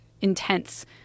intense